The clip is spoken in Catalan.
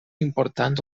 importants